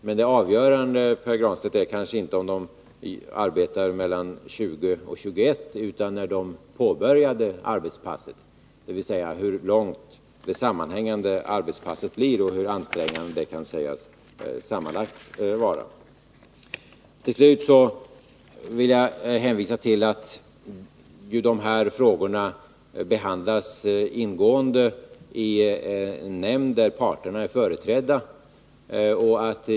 Men det avgörande, Pär Granstedt, är kanske inte om de arbetar mellan kl. 20 och 21 utan när de påbörjar arbetspasset, dvs. hur långt det sammanhängande arbetspasset blir och hur ansträngande det sammanlagt kan sägas vara. Slutligen vill jag hänvisa till att de här frågorna behandlas ingående i en nämnd där parterna är företrädda.